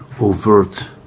overt